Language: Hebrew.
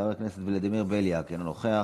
כי אז אתה תיכנס לכלא.